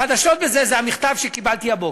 החדשות בזה הן המכתב שקיבלתי הבוקר,